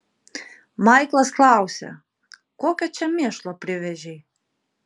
maiklas klausė kokio čia mėšlo privežei